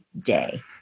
day